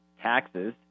taxes